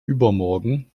übermorgen